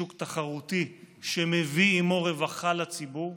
שוק תחרותי שמביא עימו רווחה לציבור,